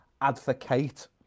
advocate